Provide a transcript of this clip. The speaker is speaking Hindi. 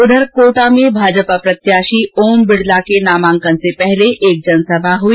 उधर कोटा में भाजपा प्रत्याशी ओम बिड़ला के नामांकन से पहले एक जनसभा आयोजित हुई